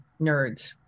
nerds